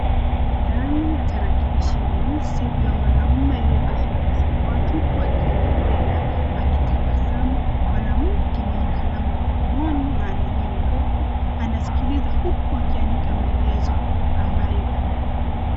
Ndani ya tarakilishi nyeusi kuna mwanamume aliyevaa shati ya samawati huku akielezea akitabasamu ,mwanamke mwenye kalamu mikononi na anya nywele ndefu anasikiliza huku akiandika maelezo ambayo ana.